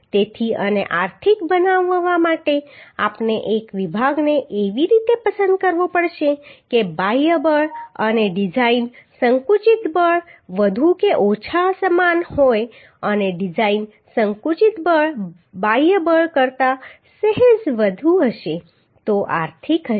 તેથી તેને આર્થિક બનાવવા માટે આપણે એક વિભાગને એવી રીતે પસંદ કરવો પડશે કે બાહ્ય બળ અને ડિઝાઇન સંકુચિત બળ વધુ કે ઓછા સમાન હોય અને ડિઝાઇન સંકુચિત બળ બાહ્ય બળ કરતા સહેજ વધુ હશે તો તે આર્થિક હશે